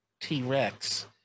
T-Rex